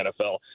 NFL